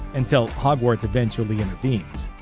until hogwarts eventually intervenes.